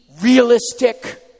realistic